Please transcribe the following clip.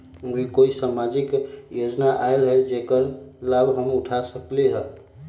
अभी कोई सामाजिक योजना आयल है जेकर लाभ हम उठा सकली ह?